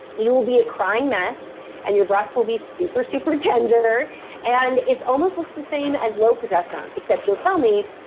will be a crying mess and your breasts will be super, super tender and it's almost looks the same as low progesterone, except you'll tell me,